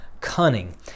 cunning